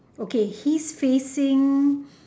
okay he's facing